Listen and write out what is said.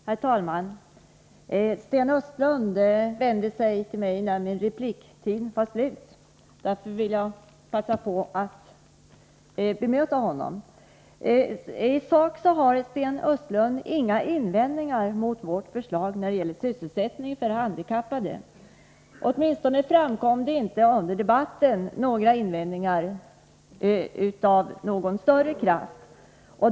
Herr talman! Sten Östlund vände sig till mig när jag inte längre hade någon replikrätt. Därför passar jag på nu att bemöta honom. I sak har Sten Östlund inga invändningar mot vårt förslag när det gäller sysselsättning för handikappade. Åtminstone framkom det inte under debatten några kraftigare invändningar.